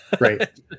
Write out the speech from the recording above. Right